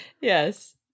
Yes